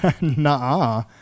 nah